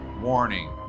warning